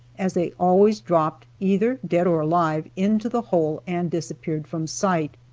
as they always dropped, either dead or alive, into the hole and disappeared from sight.